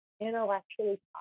intellectually